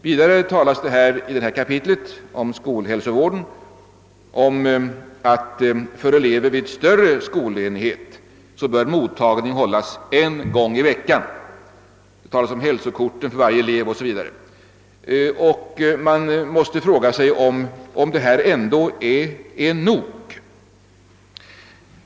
Vidare säges att för elever vid större skolenhet bör mottagning hållas en gång i veckan. Där talas om hälsokort för varje elev o.s.v. Man måste fråga sig om detta ändå är nog.